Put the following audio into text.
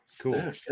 cool